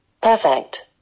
Perfect